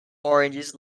oranges